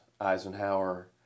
Eisenhower